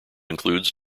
includes